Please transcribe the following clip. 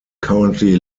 currently